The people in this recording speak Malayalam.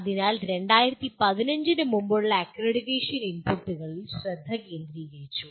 അതിനാൽ 2015 ന് മുമ്പുള്ള അക്രഡിറ്റേഷനിൽ ഇൻപുട്ടുകളിൽ ശ്രദ്ധ കേന്ദ്രീകരിച്ചു